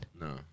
No